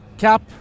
Cap